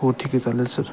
हो ठीक आहे चालेल सर